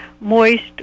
moist